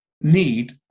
need